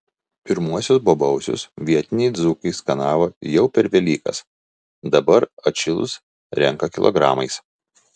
pirmuosius bobausius vietiniai dzūkai skanavo jau per velykas dabar atšilus renka kilogramais